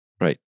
Right